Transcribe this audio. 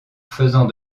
faisant